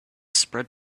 spread